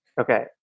okay